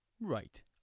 right